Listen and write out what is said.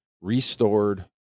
restored